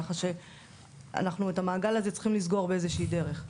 ככה שאנחנו את המעגל הזה צריכים לסגור באיזושהי דרך,